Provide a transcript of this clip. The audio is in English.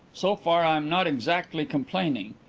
so far i am not exactly complaining.